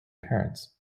parents